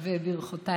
ברכותיי.